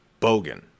Bogan